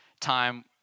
time